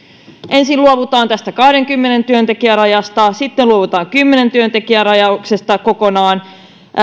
ensin luovutaan tästä kahdenkymmenen työntekijän rajasta sitten luovutaan kymmenen työntekijän rajauksesta kokonaan